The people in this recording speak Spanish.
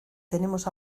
tenemos